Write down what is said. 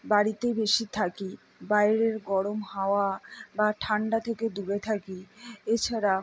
বাড়িতেই বেশি থাকি বাইরের গরম হাওয়া বা ঠান্ডা থেকে দূরে থাকি এছাড়া